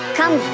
come